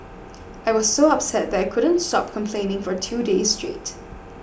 I was so upset that I couldn't stop complaining for two days straight